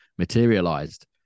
materialized